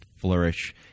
flourish